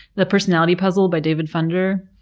the personality puzzle by david funder.